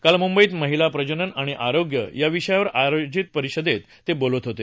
काल मुंबईत महिला प्रजनन आणि आरोग्य या विषयावर आयोजित परिषदेत ते बोलत होते